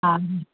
हा